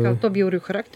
dėl to bjauriu charakteriu